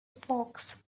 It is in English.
fox